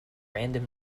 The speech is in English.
random